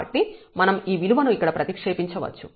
కాబట్టి మనం ఈ విలువలను ఇక్కడ ప్రతిక్షేపించవచ్చు